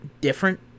different